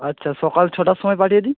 আচ্ছা সকাল ছটার সময় পাঠিয়ে দিই